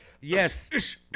yes